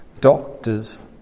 doctors